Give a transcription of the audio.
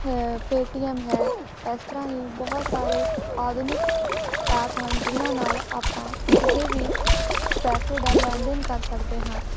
Paytm ਹੈ ਇਸ ਤਰ੍ਹਾਂ ਹੀ ਬਹੁਤ ਸਾਰੇ ਆਧੁਨਿਕ ਐਪ ਹਨ ਜਿਨ੍ਹਾਂ ਨਾਲ ਆਪਾਂ ਕਿਸੇ ਵੀ ਪੈਸੇ ਦਾ ਲੈਣ ਦੇਣ ਕਰ ਸਕਦੇ ਹਾਂ